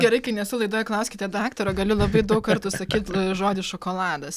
gerai kai nesu laidoje klauskite daktaro galiu labai daug kartų sakyt žodį šokoladas